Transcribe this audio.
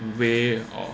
way or